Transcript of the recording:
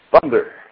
Thunder